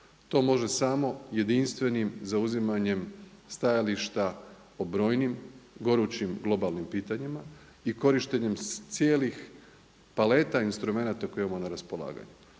To može samo jedinstvenim zauzimanjem stajališta o brojnim gorućim globalnim pitanjima i korištenjem cijelih paleta instrumenata koje imamo na raspolaganju,